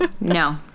No